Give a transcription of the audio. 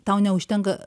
tau neužtenka